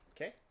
Okay